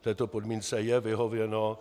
Této podmínce je vyhověno.